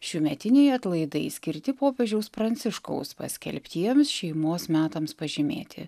šiųmetiniai atlaidai skirti popiežiaus pranciškaus paskelbtiems šeimos metams pažymėti